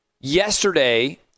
yesterday